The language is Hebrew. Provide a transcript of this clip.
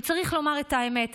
וצריך לומר את האמת,